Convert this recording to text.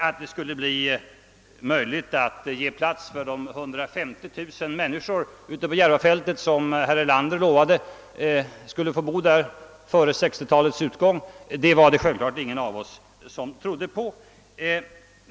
Att det skulle bli möjligt att ute på Järvafältet ge plats för de 150 000 människor som herr Erlander lovade skulle få bo där före 1960-talets utgång var det självfallet ingen av oss som trodde på.